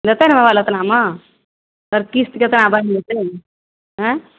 देतय ने मोबाइल ओतनामे किस्त केतना बनि जेतय ऐ